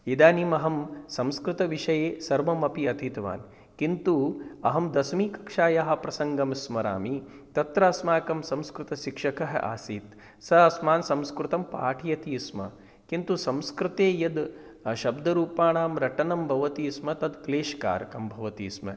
इदानीमहं संस्कृतविषये सर्वमपि अधीतवान् किन्तु अहं दशमीकक्षायाः प्रसङ्गं स्मरामि तत्र अस्माकं संस्कृतशिक्षकः आसीत् सः अस्मान् संस्कृतं पाठयति स्म किन्तु संस्कृते यद् शब्दरूपाणां रटनं भवति स्म तत् क्लेशकारकं भवति स्म